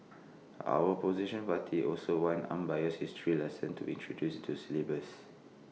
our opposition party also wants unbiased history lessons to be introduced into the syllabus